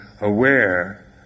aware